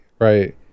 right